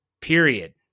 Period